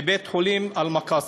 בבית-חולים "אל-מקאסד".